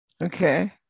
okay